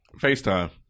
FaceTime